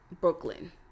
Brooklyn